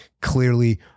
clearly